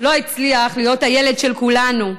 לא הצליח להיות הילד של כולנו,